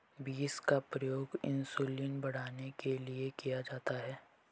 beans का प्रयोग insulin बढ़ाने के लिए किया जाता है